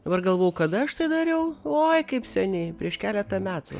dabar galvoju kada aš tai dariau oi kaip seniai prieš keletą metų